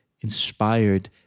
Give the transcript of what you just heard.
inspired